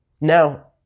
Now